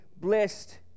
blessed